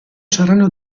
saranno